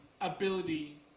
ability